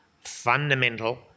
fundamental